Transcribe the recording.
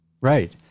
right